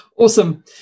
Awesome